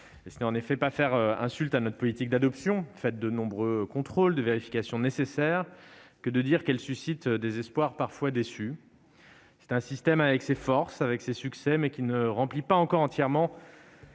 Ce n'est en effet pas faire insulte à notre politique d'adoption, faite de nombreux contrôles et de vérifications nécessaires, que de dire qu'elle suscite des espoirs parfois déçus. C'est un système avec ses forces, ses succès, mais qui ne remplit pas encore entièrement